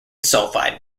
sulfide